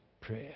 prayer